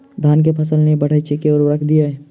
धान कऽ फसल नै बढ़य छै केँ उर्वरक देबै?